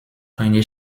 keine